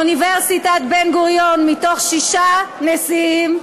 אוניברסיטת בן-גוריון, מתוך שישה נשיאים,